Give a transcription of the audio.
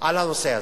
על הנושא הזה.